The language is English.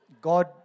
God